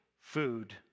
food